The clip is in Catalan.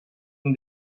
amb